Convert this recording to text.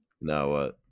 No